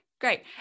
Great